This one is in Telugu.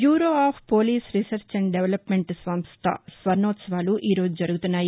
bureau of police research and development సంస్థ స్వర్ణోత్సవాలు ఈరోజు జరుగుతున్నాయి